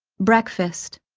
breakfast